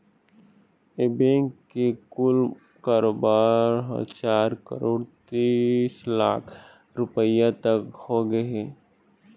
ए bank के कुल कारोबार ह चार करोड़ तीस लाख रूपिया तक होगे हे